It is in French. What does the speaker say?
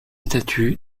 statues